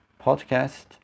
podcast